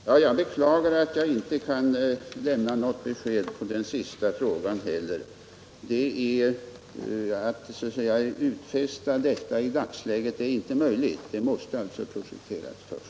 Herr talman! Jag beklagar att jag inte kan lämna något besked på den sista frågan heller. Det är i dagsläget inte möjligt att göra någon sådan utfästelse. Det måste först projekteras.